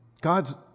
God's